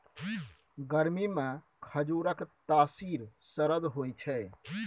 गरमीमे खजुरक तासीर सरद होए छै